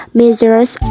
measures